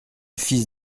fils